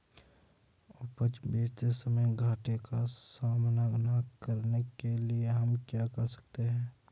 उपज बेचते समय घाटे का सामना न करने के लिए हम क्या कर सकते हैं?